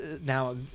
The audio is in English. now